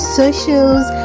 socials